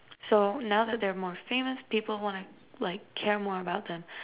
so now that they are most famous people wanna like care more about them